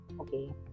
okay